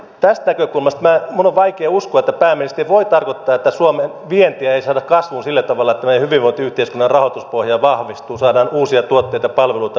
tästä näkökulmasta minun on vaikea uskoa että pääministeri voi tarkoittaa että suomen vientiä ei saada kasvuun sillä tavalla että meidän hyvinvointiyhteiskunnan rahoituspohja vahvistuu saadaan uusia tuotteita ja palveluita maailmalle